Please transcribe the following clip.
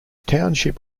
township